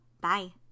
Bye